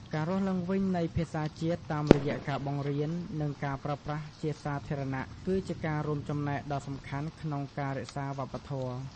ការរស់ឡើងវិញនៃភាសាជាតិ តាមរយៈការបង្រៀន និងការប្រើប្រាស់ជាសាធារណៈគឺជាការរួមចំណែកដ៏សំខាន់ក្នុងការរក្សាវប្បធម៌។